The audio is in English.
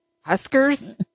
Huskers